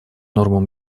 нормам